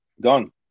Gone